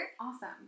Awesome